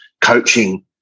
coaching